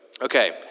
okay